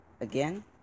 again